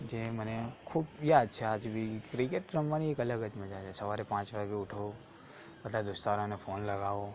જે મને ખૂબ યાદ છે આજ બી ક્રિકેટ રમવાની એક અલગ જ મજા છે સવારે પાંચ વાગે ઉઠો દોસ્તારોને ફોન લગાવો